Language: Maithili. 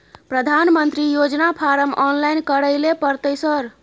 प्रधानमंत्री योजना फारम ऑनलाइन करैले परतै सर?